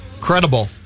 credible